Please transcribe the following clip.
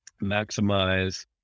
maximize